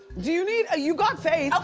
do you need? you got faith. okay,